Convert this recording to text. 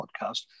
podcast